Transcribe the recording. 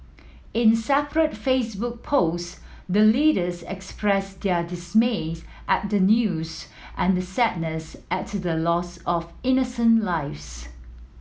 in separate Facebook posts the leaders expressed their dismays at the news and sadness at the loss of innocent lives